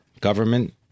government